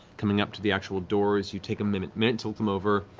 coming up to the actual doors, you take a minute minute to look them over.